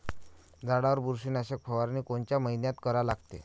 झाडावर बुरशीनाशक फवारनी कोनच्या मइन्यात करा लागते?